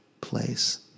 place